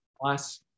plus